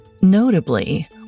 Notably